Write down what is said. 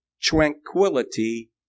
tranquility